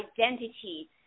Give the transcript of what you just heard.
identity